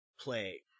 Play